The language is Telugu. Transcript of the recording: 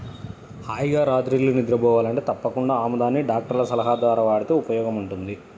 హాయిగా రాత్రిళ్ళు నిద్రబోవాలంటే తప్పకుండా ఆముదాన్ని డాక్టర్ల సలహా ద్వారా వాడితే ఉపయోగముంటది